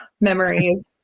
memories